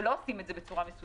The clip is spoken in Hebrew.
ולא עושים את זה בצורה מסודרת.